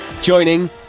Joining